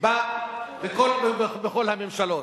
בכל הממשלות.